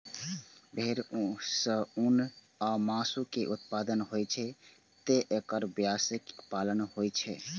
भेड़ सं ऊन आ मासु के उत्पादन होइ छैं, तें एकर व्यावसायिक पालन होइ छै